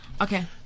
Okay